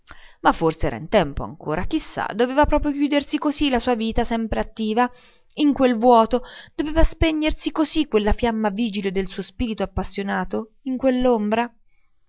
ma forse era in tempo ancora chi sa doveva proprio chiudersi così la sua vita sempre attiva in quel vuoto doveva spegnersi così quella fiamma vigile del suo spirito appassionato in